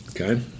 Okay